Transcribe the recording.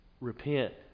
repent